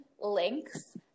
links